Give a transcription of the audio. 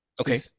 Okay